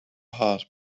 heart